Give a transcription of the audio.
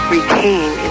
Retain